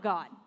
God